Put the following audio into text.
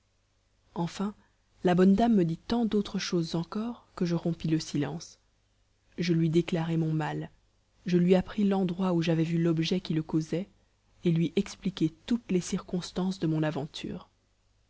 enfin la bonne dame me dit tant d'autres choses encore que je rompis le silence je lui déclarai mon mal je lui appris l'endroit où j'avais vu l'objet qui le causait et lui expliquai toutes les circonstances de mon aventure